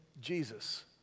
Jesus